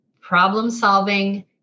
problem-solving